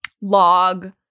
log